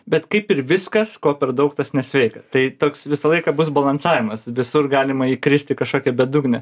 bet kaip ir viskas ko per daug tas nesveika tai toks visą laiką bus balansavimas visur galima įkristi į kažkokią bedugnę